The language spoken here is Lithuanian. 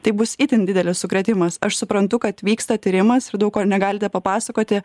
tai bus itin didelis sukrėtimas aš suprantu kad vyksta tyrimas ir daug ko negalite papasakoti